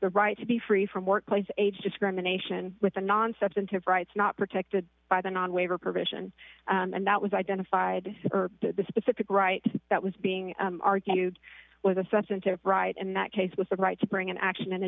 the right to be free from workplace age discrimination with a non substantive rights not protected by the non waiver provision and that was identified the specific right that was being argued was a substantive right and that case was the right to bring an action